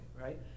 right